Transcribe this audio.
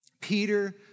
Peter